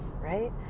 right